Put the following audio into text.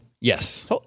Yes